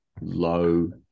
low